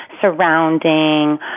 surrounding